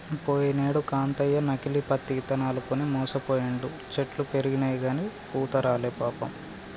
పోయినేడు కాంతయ్య నకిలీ పత్తి ఇత్తనాలు కొని మోసపోయిండు, చెట్లు పెరిగినయిగని పూత రాలే పాపం